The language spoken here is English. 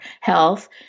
health